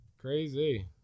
Crazy